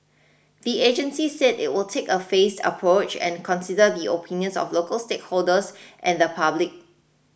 the agency said it will take a phased approach and consider the opinions of local stakeholders and the public